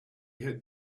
had